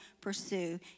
pursue